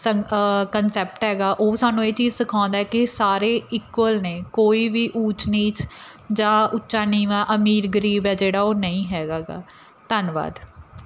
ਸੰਕ concept ਹੈਗਾ ਉਹ ਸਾਨੂੰ ਇਹ ਚੀਜ਼ ਸਿਖਾਉਂਦਾ ਕਿ ਸਾਰੇ ਇਕੁਅਲ ਨੇ ਕੋਈ ਵੀ ਊਚ ਨੀਚ ਜਾਂ ਉੱਚਾ ਨੀਵਾਂ ਅਮੀਰ ਗਰੀਬ ਹੈ ਜਿਹੜਾ ਉਹ ਨਹੀਂ ਹੈਗਾ ਗਾ ਧੰਨਵਾਦ